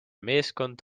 meeskond